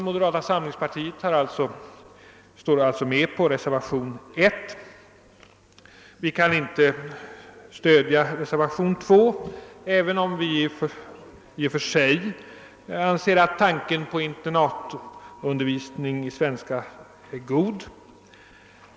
Moderata samlingspartiet ansluter sig alltså till reservationen 1. Vi kan inte stödja reservationen 2, även om vi i och för sig anser att tanken på internatundervisning i svenska är god.